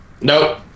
Nope